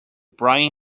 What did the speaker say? brian